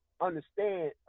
understand